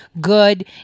good